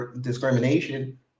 discrimination